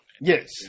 Yes